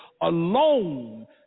alone